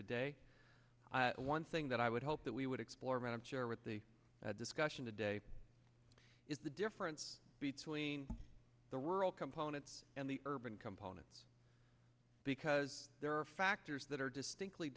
today one thing that i would hope that we would explore and i'm sure with the discussion today is the difference between the rural components and the urban component because there are factors that are distinctly